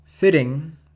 fitting